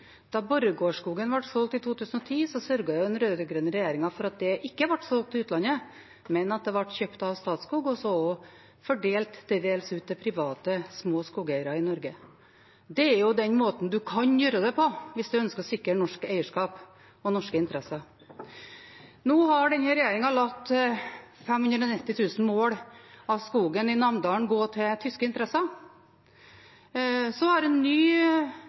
for at det ikke ble solgt til utlandet, men at det ble kjøpt av Statskog og til dels fordelt til private, små skogeiere i Norge. Det er den måten en kan gjøre det på hvis en ønsker å sikre norsk eierskap og norske interesser. Nå har denne regjeringen latt 590 000 mål av skogen i Namdalen gå til tyske interesser. Så har en ny